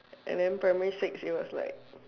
and then primary six it was like